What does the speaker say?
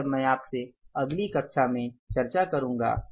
ये सब मै आपसे अगली कक्षा में चर्चा करूँगा